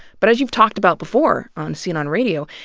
but as you've talked about before on scene on radio,